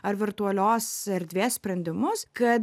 ar virtualios erdvės sprendimus kad